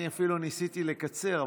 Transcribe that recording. אני אפילו ניסיתי לקצר,